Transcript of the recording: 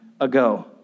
ago